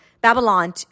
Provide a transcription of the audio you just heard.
Babylon